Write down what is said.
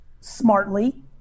smartly